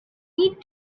need